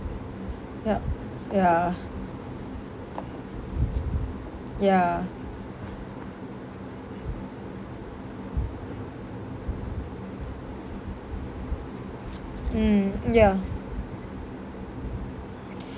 yup ya ya mm mm ya